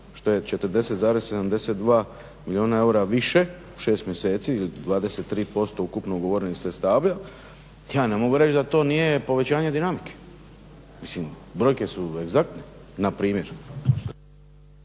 što je 40,72 milijuna eura više u 6 mjeseci ili 23% ukupno ugovorenih sredstava. Ja ne mogu reći da to nije povećanje dinamike, brojke su egzaktne npr.